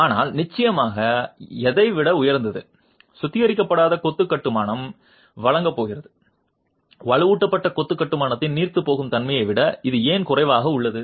ஆனால் நிச்சயமாக எதை விட உயர்ந்தது சுத்திகரிக்கப்படாத கொத்து கட்டுமானம் வழங்கப் போகிறது வலுவூட்டப்பட்ட கொத்து கட்டுமானத்தின் நீர்த்துப்போகும் தன்மையை விட இது ஏன் குறைவாக உள்ளது